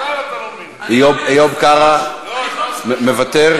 איוב קרא, מוותר.